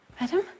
Madam